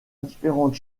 différentes